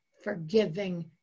Forgiving